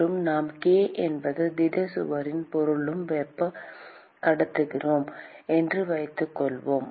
மற்றும் நாம் k என்பது திட சுவரின் பொருளின் வெப்ப கடத்துத்திறன் என்று வைத்துக் கொள்வோம்